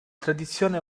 tradizione